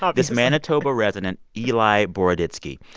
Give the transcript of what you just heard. ah this manitoba resident, eli boroditsky,